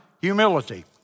humility